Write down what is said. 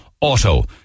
Auto